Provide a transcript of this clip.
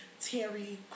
Terry